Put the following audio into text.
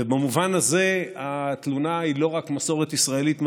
ובמובן הזה התלונה היא לא רק מסורת ישראלית מפוארת,